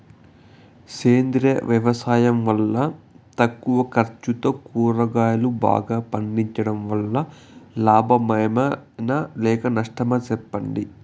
సేంద్రియ వ్యవసాయం వల్ల తక్కువ ఖర్చుతో కూరగాయలు బాగా పండించడం వల్ల లాభమేనా లేక నష్టమా సెప్పండి